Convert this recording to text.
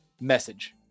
message